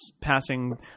passing